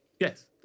yes